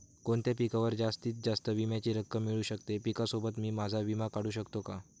कोणत्या पिकावर जास्तीत जास्त विम्याची रक्कम मिळू शकते? पिकासोबत मी माझा विमा काढू शकतो का?